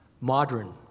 modern